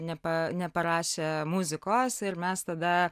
nepa neparašė muzikos ir mes tada